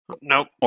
Nope